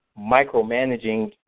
micromanaging